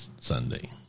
Sunday